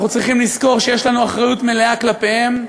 אנחנו צריכים לזכור שיש לנו אחריות מלאה כלפיהם,